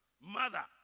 mother